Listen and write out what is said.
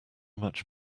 much